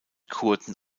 kurden